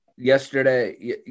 Yesterday